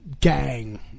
gang